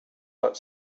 but